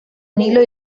nilo